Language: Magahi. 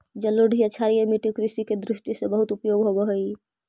जलोढ़ या क्षारीय मट्टी कृषि के दृष्टि से बहुत उपयुक्त होवऽ हइ